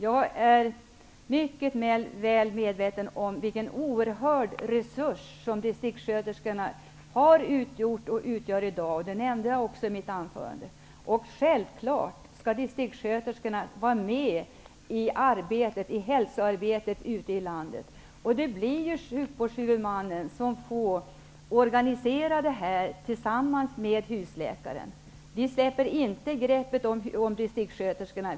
Jag är mycket väl medveten om vilken oerhörd resurs distrikssköterskorna har utgjort och utgör i dag. Det nämnde jag också i mitt anförande. Självfallet skall distriktssköterskorna vara med i hälsoarbetet ute i landet. Sjukvårdshuvudmannen får organisera detta tillsammans med husläkaren. Vi släpper inte greppet om distriktssköterskorna.